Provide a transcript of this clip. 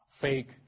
fake